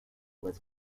was